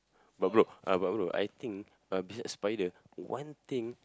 but bro uh but bro I think uh besides spider one thing